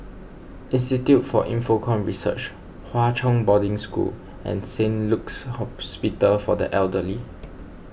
Institute for Infocomm Research Hwa Chong Boarding School and Saint Luke's Hospital for the Elderly